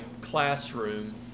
classroom